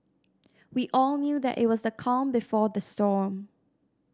we all knew that it was the calm before the storm